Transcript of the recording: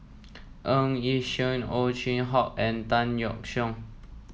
Ng Yi Sheng Ow Chin Hock and Tan Yeok Seong